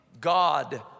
God